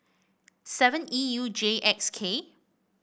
seven E U J X K